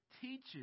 teaches